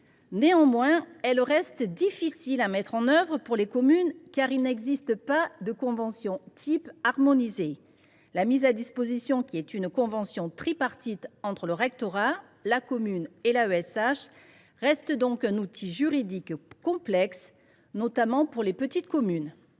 Néanmoins, elle reste difficile à mettre en œuvre pour les communes, car il n’existe pas de convention type harmonisée. La mise à disposition, qui est une convention tripartite entre le rectorat, la commune et l’AESH, reste donc un outil juridique complexe, notamment pour les petites communes.